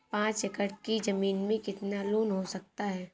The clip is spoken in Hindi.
पाँच एकड़ की ज़मीन में कितना लोन हो सकता है?